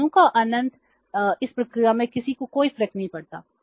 तो दोनों का आनंद लें इस प्रक्रिया में किसी को कोई फर्क नहीं पड़ता